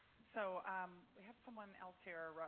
so um we have someone else here,